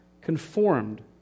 conformed